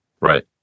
Right